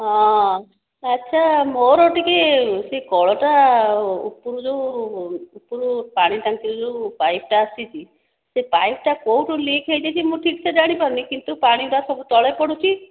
ହଁ ଆଚ୍ଛା ମୋର ଟିକିଏ ସେଇ କଳଟା ଉପରୁ ଯେଉଁ ଉପରୁ ପାଣି ଟାଙ୍କି ଯେଉଁ ପାଇପ୍ ଟା ଆସିଛି ସେ ପାଇପ୍ ଟା କେଉଁଠୁ ଲିକ୍ ହେଇଯାଇଛି ମୁଁ ଠିକ୍ ସେ ଜାଣିପାରୁନି କିନ୍ତୁ ପାଣିଗୁଡ଼ା ସବୁ ତଳେ ପଡ଼ୁଛି